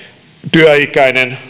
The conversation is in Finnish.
työikäinen